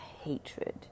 hatred